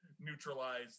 neutralize